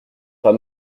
pas